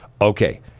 Okay